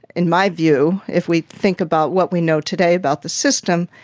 in my view, if we think about what we know today about the system,